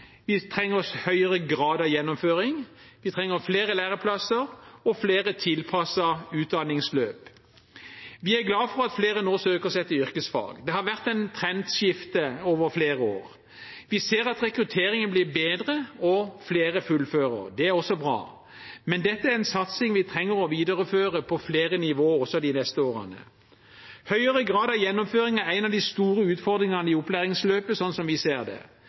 Vi trenger høyere grad av gjennomføring. Vi trenger flere læreplasser og flere tilpassede utdanningsløp. Vi er glad for at flere nå søker seg til yrkesfag. Det har vært et trendskifte over flere år. Vi ser at rekrutteringen blir bedre, og at flere fullfører. Det er også bra. Men dette er en satsing vi trenger å videreføre på flere nivåer også de neste årene. Større grad av gjennomføring er en av de store utfordringene i opplæringsløpet, sånn som vi ser det.